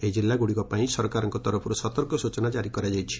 ଏହି ଜିଲ୍ଲଗୁଡ଼ିକ ପାଇଁ ସରକାରଙ୍କ ତରଫରୁ ସତର୍କ ସୂଚନା ଜାରି କରାଯାଇଛି